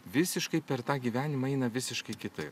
visiškai per tą gyvenimą eina visiškai kitaip